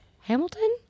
Hamilton